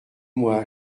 moi